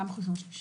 גם חיסון שלישי.